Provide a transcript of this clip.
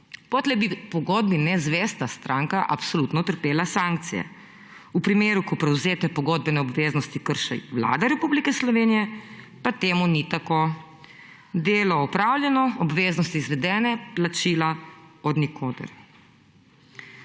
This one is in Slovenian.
potlej bi pogodbi nezvesta stranka absolutno trpela sankcije. V primeru, ko prevzete pogodbene obveznosti krši Vlada Republike Slovenije, pa temu ni tako. Delo opravljeno, obveznosti izvedene, plačila od nikoder.